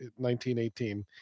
1918